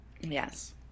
Yes